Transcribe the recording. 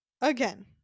again